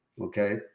Okay